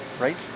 right